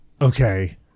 okay